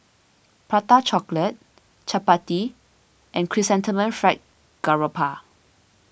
Prata Chocolate Chappati and Chrysanthemum Fried Garoupa